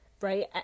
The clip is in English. right